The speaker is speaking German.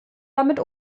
damit